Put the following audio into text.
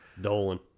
Dolan